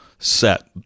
Set